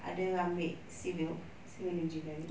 ada ambil civil civil engineering